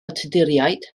tuduriaid